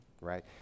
right